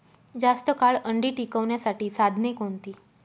जास्त काळ अंडी टिकवण्यासाठी साधने कोणती?